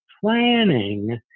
planning